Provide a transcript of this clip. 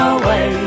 away